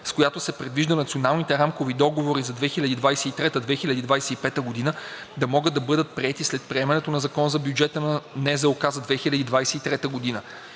с която се предвижда националните рамкови договори за 2023 – 2025 г. да могат да бъдат приети след приемането на Закона за бюджета на Националната